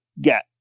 get